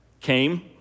came